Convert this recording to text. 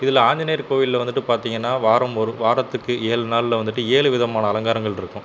இதில் ஆஞ்சநேயர் கோவிலில் வந்துவிட்டு பார்த்திங்கன்னா வாரம் ஒரு வாரத்துக்கு ஏழு நாளில் வந்துவிட்டு ஏழு விதமான அலங்காரங்கள் இருக்கும்